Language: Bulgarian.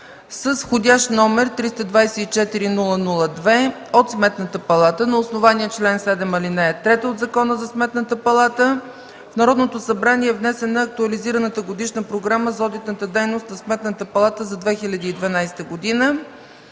с вх. № 324-002 от Сметната палата на основание чл. 7, ал. 3 от Закона за Сметната палата в Народното събрание е внесена актуализираната Годишна програма за одитната дейност на Сметната палата за 2012 г.